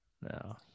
no